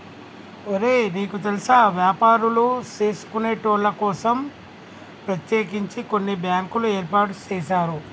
ఒరే నీకు తెల్సా వ్యాపారులు సేసుకొనేటోళ్ల కోసం ప్రత్యేకించి కొన్ని బ్యాంకులు ఏర్పాటు సేసారు